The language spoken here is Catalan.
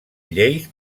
lleis